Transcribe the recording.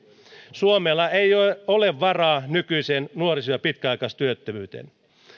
suomella ei ole varaa nykyiseen nuoriso ja pitkäaikaistyöttömyyteen